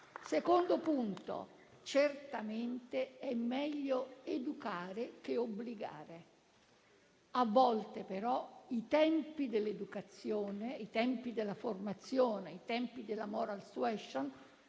secondo punto: certamente è meglio educare che obbligare; a volte però i tempi dell'educazione, i tempi della formazione, i tempi della *moral suasion*